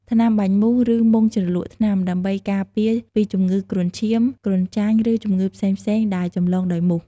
ថ្នាំបាញ់មូស ឬមុងជ្រលក់ថ្នាំ ដើម្បីការពារពីជំងឺគ្រុនឈាម គ្រុនចាញ់ ឬជំងឺផ្សេងៗដែលចម្លងដោយមូស។